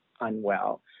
unwell